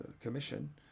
commission